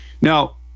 Now